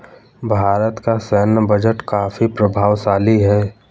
भारत का सैन्य बजट काफी प्रभावशाली है